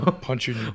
Punching